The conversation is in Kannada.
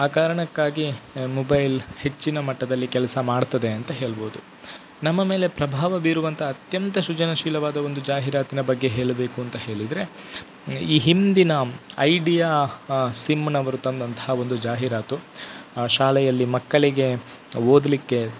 ಆ ಕಾರಣಕ್ಕಾಗಿ ಮೊಬೈಲ್ ಹೆಚ್ಚಿನ ಮಟ್ಟದಲ್ಲಿ ಕೆಲಸ ಮಾಡ್ತದೆ ಅಂತ ಹೇಳ್ಬೌದು ನಮ್ಮ ಮೇಲೆ ಪ್ರಭಾವ ಬೀರುವಂತಹ ಅತ್ಯಂತ ಸೃಜನಶೀಲವಾದ ಒಂದು ಜಾಹೀರಾತಿನ ಬಗ್ಗೆ ಹೇಳ್ಬೇಕು ಅಂತ ಹೇಳಿದ್ರೆ ಈ ಹಿಂದಿನ ಐಡಿಯಾ ಸಿಮ್ನವರು ತಂದಂತಹ ಒಂದು ಜಾಹೀರಾತು ಶಾಲೆಯಲ್ಲಿ ಮಕ್ಕಳಿಗೆ ಓದಲಿಕ್ಕೆ